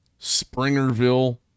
Springerville